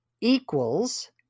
equals